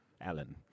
Alan